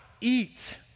eat